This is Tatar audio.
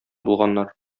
булганнар